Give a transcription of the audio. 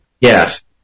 Yes